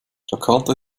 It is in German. jakarta